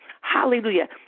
Hallelujah